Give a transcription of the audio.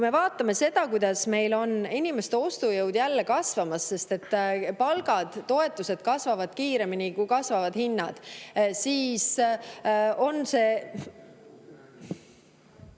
kui me vaatame, kuidas meil on inimeste ostujõud jälle kasvamas, sest palgad ja toetused kasvavad kiiremini, kui kasvavad hinnad, siis on see